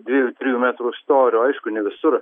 dviejų trijų metrų storio aišku ne visur